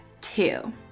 two